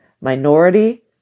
minority